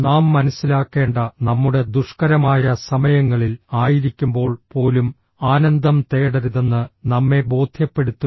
നാം മനസ്സിലാക്കേണ്ട നമ്മുടെ ദുഷ്കരമായ സമയങ്ങളിൽ ആയിരിക്കുമ്പോൾ പോലും ആനന്ദം തേടരുതെന്ന് നമ്മെ ബോധ്യപ്പെടുത്തുക